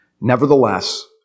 Nevertheless